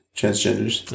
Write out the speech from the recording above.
transgenders